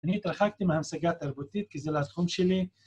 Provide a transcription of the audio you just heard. אני התרחקתי מהמשגה התרבותית כי זה לא התחום שלי.